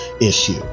issue